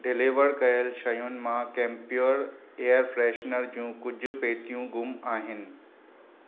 deliver कयलु शयुनि मां केमप्यूर एयर फ्रेशनर जूं कुझु पेतियूं ग़ुम आहिनि